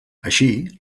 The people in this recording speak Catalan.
així